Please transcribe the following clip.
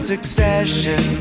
succession